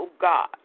God